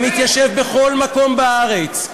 ונתיישב בכל מקום בארץ.